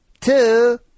Two